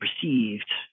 perceived